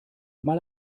mal